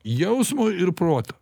jausmo ir proto